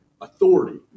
Authority